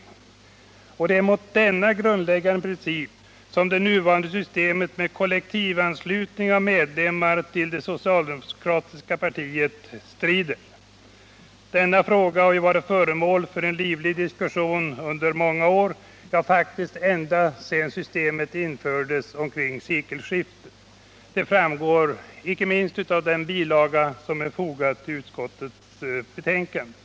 Onsdagen den Det är mot denna grundläggande princip som det nuvarande systemet med 29 november 1978 kollektivanslutning av medlemmar till det socialdemokratiska partiet strider. Denna fråga har varit föremål för en livlig diskussion under många år — ja, ända sedan systemet infördes omkring sekelskiftet. Detta framgår icke minst av den bilaga som är fogad vid utskottsbetänkandet.